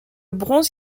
bronze